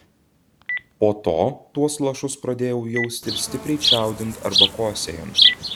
po to tuos lašus pradėjau jausti ir stipriai čiaudint arba kosėjant